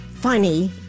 Funny